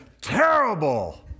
terrible